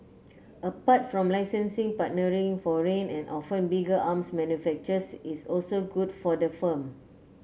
apart from licensing partnering foreign and often bigger arms manufacturers is also good for the firm